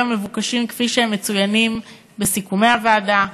המבוקשים כפי שהם מצוינים בסיכומי הוועדה,